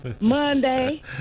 monday